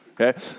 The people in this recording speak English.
Okay